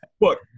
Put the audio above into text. look